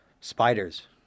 spiders